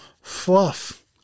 Fluff